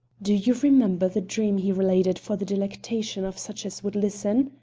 do you remember the dream he related for the delectation of such as would listen?